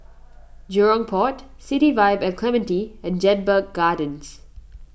Jurong Port City Vibe at Clementi and Jedburgh Gardens